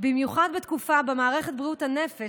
במיוחד בתקופה שבה מערכת בריאות הנפש,